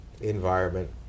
environment